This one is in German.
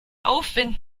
aufwind